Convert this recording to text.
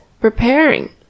preparing